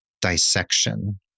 dissection